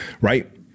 right